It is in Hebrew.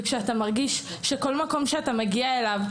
כשאתה מרגיש שכל מקום שאתה מגיע אליו,